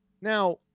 now